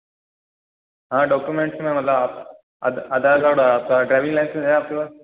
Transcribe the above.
हाँ डॉक्यूमेंट्स में मतलब आप आध आधार कार्ड और आपका ड्राइविंग लाइसेंस है आपके पास